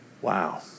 Wow